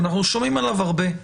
שאנחנו שומעים עליו הרבה,